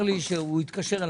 משרד